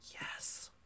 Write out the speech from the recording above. yes